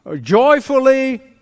joyfully